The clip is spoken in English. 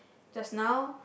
just now